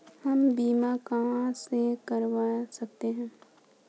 हम बीमा कहां से करवा सकते हैं?